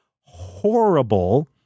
horrible